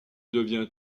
devient